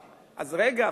אז רגע,